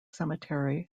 cemetery